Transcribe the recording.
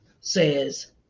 says